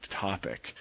topic